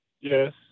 Yes